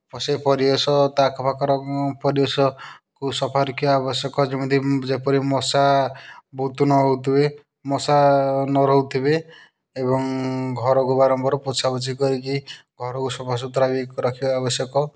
ସେ ପରିବେଶ ତା ଆଖପାଖର ପରିବେଶକୁ ସଫା ରଖିବା ଆବଶ୍ୟକ ଯେମିତି ଯେପରି ମଶା ବହୁତ ନ ହଉ ଥିବେ ମଶା ନ ରହୁଥିବେ ଏବଂ ଘରକୁ ବାରମ୍ବାର ପୋଛା ପୋଛି କରିକି ଘରକୁ ସଫା ସୁତୁରା ବି ରଖିବା ଆବଶ୍ୟକ